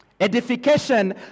Edification